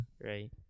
right